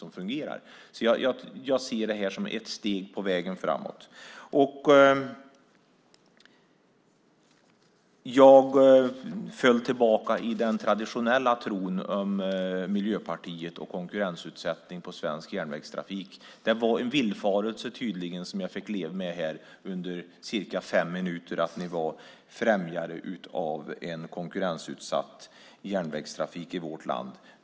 Jag ser alltså det här som ett steg på vägen framåt. Jag föll tillbaka i den traditionella tron om Miljöpartiet och konkurrensutsättning av svensk järnvägstrafik. Det var tydligen en villfarelse som jag fick leva med här under cirka fem minuter, att ni var främjare av en konkurrensutsatt järnvägstrafik i vårt land.